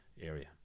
area